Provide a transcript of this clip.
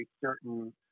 certain